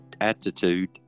attitude